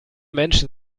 menschen